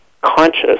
conscious